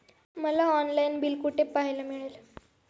मला online bill कुठे पाहायला मिळेल?